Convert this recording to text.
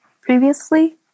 previously